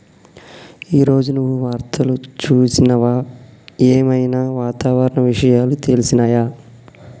ఈ రోజు నువ్వు వార్తలు చూసినవా? ఏం ఐనా వాతావరణ విషయాలు తెలిసినయా?